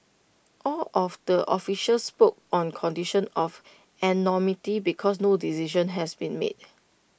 all of the officials spoke on condition of anonymity because no decision has been made